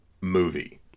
movie